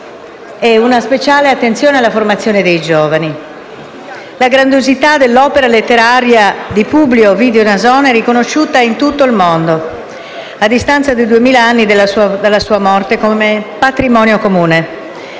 e una speciale attenzione alla formazione dei giovani. La grandiosità dell'opera letteraria di Publio Ovidio Nasone è riconosciuta in tutto il mondo, a distanza di duemila anni dalla sua morte, come patrimonio comune.